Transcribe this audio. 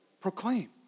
proclaim